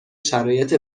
شرایط